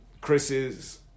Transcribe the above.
Chris's